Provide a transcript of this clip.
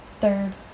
third